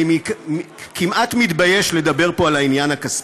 אני כמעט מתבייש לדבר פה על העניין הכספי.